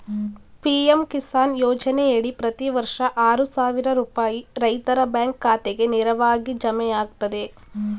PM Kisan ಯೋಜನೆಯಡಿ ಪ್ರತಿ ವರ್ಷ ಆರು ಸಾವಿರ ರೂಪಾಯಿ ರೈತರ ಬ್ಯಾಂಕ್ ಖಾತೆಗೆ ನೇರವಾಗಿ ಜಮೆಯಾಗ್ತದೆ